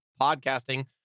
podcasting